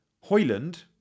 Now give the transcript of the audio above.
Hoyland